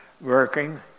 working